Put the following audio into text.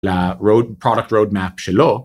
ל-product roadmap שלו.